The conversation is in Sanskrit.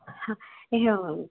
आम् एवं